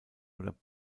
oder